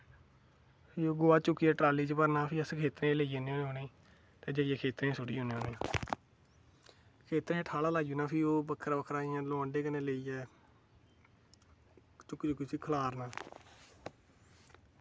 फ्ही ओह् गोहा ट्राली च भरना फ्ही खेत्तरें च लेई जन्ने होन्ने ते जाइयै खेत्तरें च सुट्टी औनें होन्ने खेत्तरें च ठाला लाई ओड़ना फ्ही लोडें कन्नै बक्खरा बक्खरा चुक्की चुक्की उस्सी खलारना